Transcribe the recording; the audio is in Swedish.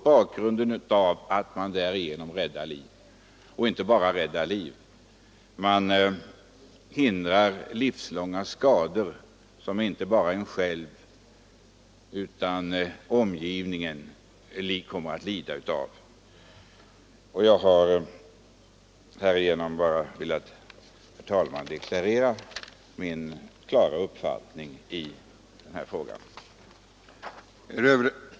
Bakgrunden är att man därigenom räddar liv — och man hindrar dessutom skador som kan medföra livslånga lidanden inte bara för den skadade utan också för omgivningen. Herr talman! Jag har med det anförda velat deklarera min klara uppfattning i den här frågan.